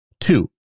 Two